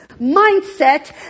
mindset